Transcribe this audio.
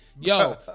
yo